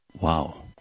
Wow